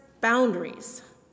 boundaries